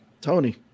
tony